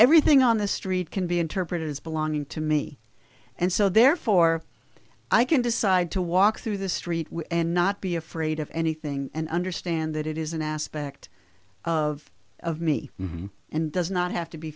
everything on the street can be interpreted as belonging to me and so therefore i can decide to walk through the street and not be afraid of anything and understand that it is an aspect of me and does not have to be